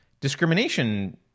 discrimination